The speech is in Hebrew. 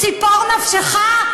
ציפור נפשך?